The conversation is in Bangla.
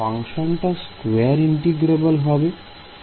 ফাংশনটা স্কয়ার ইন্টিগ্রেবল হবে